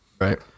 right